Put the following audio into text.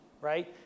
right